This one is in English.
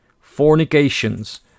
fornications